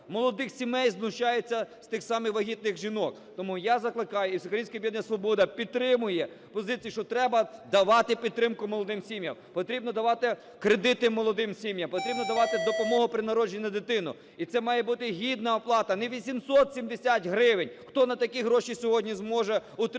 молодих сімей, знущаються з тих самих вагітних жінок. Тому я закликаю, і Всеукраїнське об'єднання "Свобода" підтримує позицію, що треба давати підтримку молодим сім'ям, потрібно давати кредити молодим сім'ям, потрібно давати допомогу при народженні дитини. І це має бути гідна оплата, не 870 гривень, хто на такі гроші сьогодні зможе утримувати